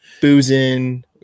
boozing